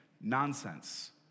Nonsense